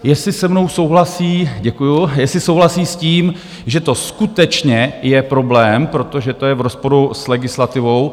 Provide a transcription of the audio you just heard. Jestli se mnou souhlasí děkuju jestli souhlasí s tím, že to skutečně je problém, protože to je v rozporu s legislativou.